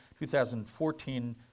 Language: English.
2014